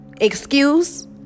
excuse